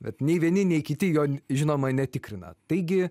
bet nei vieni nei kiti jo žinoma netikrina taigi